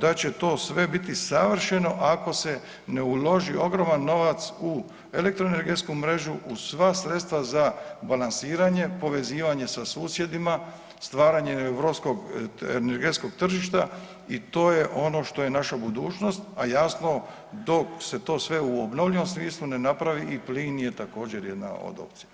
da će to sve biti savršeno ako se ne uloži ogroman novac u elektroenergetsku mrežu, u sva sredstva za balansiranje, povezivanje sa susjedima, stvaranje europskog energetskog tržišta i to je ono što je naša budućnost, a jasno dok se to sve u obnovljivom smislu ne napravi i plin je također jedna od opcija.